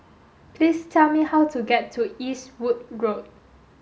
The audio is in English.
please tell me how to get to Eastwood Road